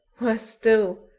worse still,